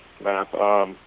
map